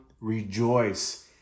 rejoice